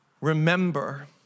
remember